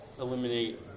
eliminate